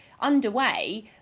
underway